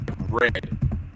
red